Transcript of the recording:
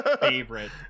favorite